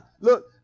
look